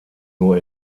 nur